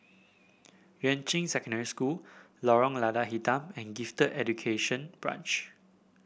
Yuan Ching Secondary School Lorong Lada Hitam and Gifted Education Branch